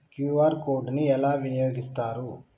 QR code ని ఎలా వినియోగిస్తారు?